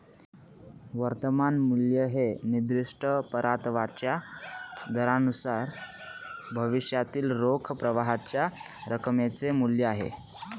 वर्तमान मूल्य हे निर्दिष्ट परताव्याच्या दरानुसार भविष्यातील रोख प्रवाहाच्या रकमेचे मूल्य आहे